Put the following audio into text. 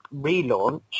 relaunch